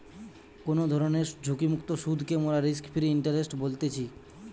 কোনো ধরণের ঝুঁকিমুক্ত সুধকে মোরা রিস্ক ফ্রি ইন্টারেস্ট বলতেছি